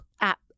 App